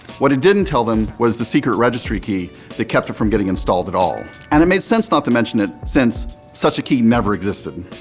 what it didn't tell them was the secret registry key that kept it from getting installed at all. and it made sense not to mention it since such a key never existed.